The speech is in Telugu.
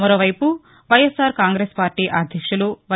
మరొకవైపు వైఎస్సార్ కాంగ్రెస్ పార్లీ అధ్యక్షులు వై